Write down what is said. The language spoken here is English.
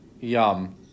Yum